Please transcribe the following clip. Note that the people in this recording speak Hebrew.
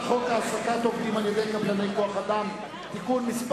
העסקת עובדים על-ידי קבלני כוח-אדם (תיקון מס'